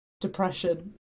depression